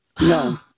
No